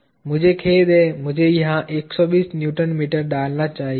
मुझे खेद है मुझे यहां 120 न्यूटन मीटर डालना चाहिए था